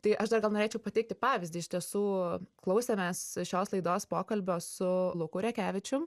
tai aš dar gal norėčiau pateikti pavyzdį iš tiesų klausėmes šios laidos pokalbio su luku rekevičium